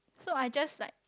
so just like